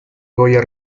goya